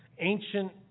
ancient